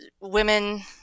women